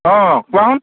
অঁ কোৱাচোন